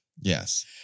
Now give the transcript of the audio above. Yes